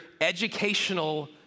educational